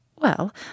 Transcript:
Well